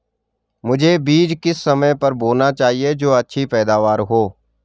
मुझे बीज किस समय पर बोना चाहिए जो अच्छी पैदावार हो?